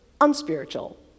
unspiritual